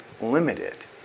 limited